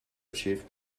achieved